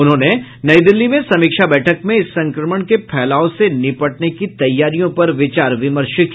उन्होंने नई दिल्ली में समीक्षा बैठक में इस संक्रमण के फैलाव से निपटने की तैयारियों पर विचार विमर्श किया